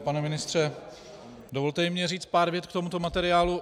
Pane ministře, dovolte i mně říct pár vět k tomuto materiálu.